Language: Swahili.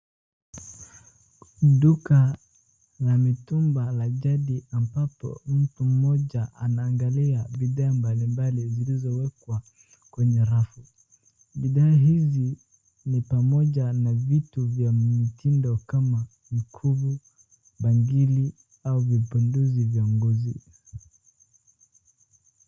Duka la mitumba la jadi ambapo mtu mmoja anangalia bidhaa mbalimbali zilizowekwa kwenye rafu. Bidhaa hizi ni pamoja na vitu vya mtindo kama mkufu, bangili au vipodozi vya ngozi.